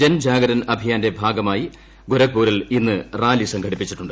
ജൻ ജാഗരൻ അഭിയാന്റെ ഭാഗമായി ഗൊരക്പൂരിൽ ഇന്ന് റാലി സംഘടിപ്പിച്ചിട്ടുണ്ട്